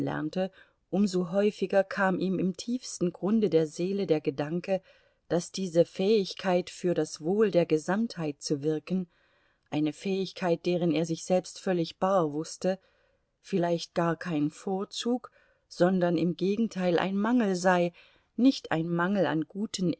um so häufiger kam ihm im tiefsten grunde der seele der gedanke daß diese fähigkeit für das wohl der gesamtheit zu wirken eine fähigkeit deren er sich selbst völlig bar wußte vielleicht gar kein vorzug sondern im gegenteil ein mangel sei nicht ein mangel an guten